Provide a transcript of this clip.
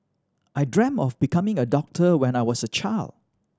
I dreamt of becoming a doctor when I was a child